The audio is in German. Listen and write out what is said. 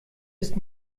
ist